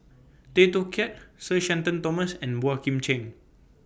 Tay Teow Kiat Sir Shenton Thomas and Boey Kim Cheng